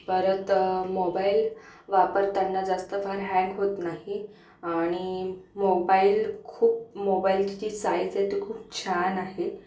परत मोबाईल वापरताना जास्त पण हँग होत नाही आणि मोबाईल खूप मोबाईलची साईज आहे ती खूप छान आहे